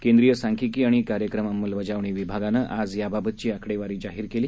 केंद्रीय सांख्यिकी आणि कार्यक्रम अंमलबजावणी विभागानं आज याबाबतची आकडेवारी जाहीर केली